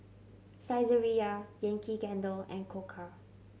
Saizeriya Yankee Candle and Koka